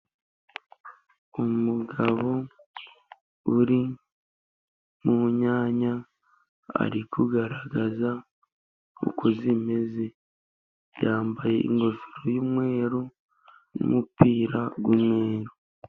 Umugabo uri mu nyanya, ari kugaragaza uko zimeze, yambaye ingofero y'umweru, n' umupira w'umweru.